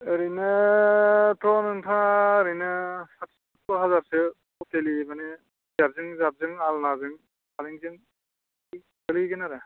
ओरैनोथ' नोंथां ओरैनो साट छ' हाजारसो ट'टेलि मानि सियारजों जाबजों आलनाजों फालेंजों गोलैहैगोन आरो